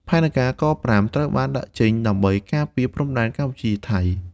ផែនការ ក-៥" ត្រូវបានដាក់ចេញដើម្បីការពារព្រំដែនកម្ពុជា-ថៃ។